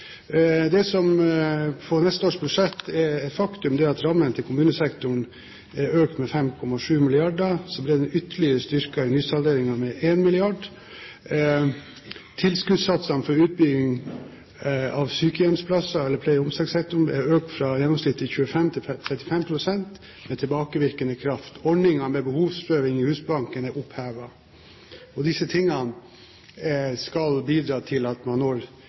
et faktum for neste års budsjett, er at rammen for kommunesektoren er økt med 5,7 mrd kr, og så blir den ytterligere styrket i nysalderingen med 1 mrd. kr. Tilskuddssatsene for utbygging av pleie- og omsorgssektoren er økt fra gjennomsnittlig 25 til 35 pst. med tilbakevirkende kraft. Ordningen med behovsprøving i Husbanken er opphevet. Disse tingene skal bidra til at